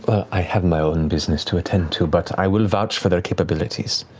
i have my own business to attend to, but i will vouch for their capabilities